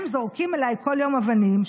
הם זורקים עליי כל יום אבנים,